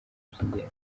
by’ingenzi